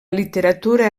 literatura